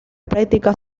práctica